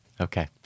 Okay